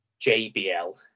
JBL